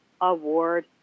award